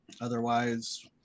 otherwise